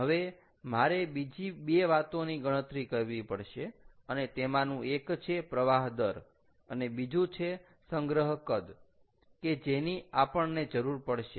હવે મારે બીજી બે વાતોની ગણતરી કરવી પડશે અને તેમાંનું એક છે પ્રવાહ દર અને બીજું છે સંગ્રહ કદ કે જેની આપણને જરૂર પડશે